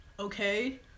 Okay